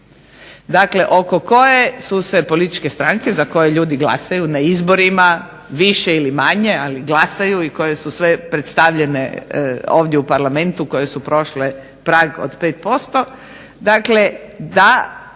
Dakle, oko koje su se političke stranke za koje ljudi glasaju na izborima, više ili manje, ali glasaju i koje su sve predstavljene ovdje u Parlamentu koje su prošle prag od 5%, dakle da